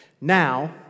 Now